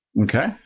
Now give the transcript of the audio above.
Okay